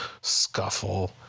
scuffle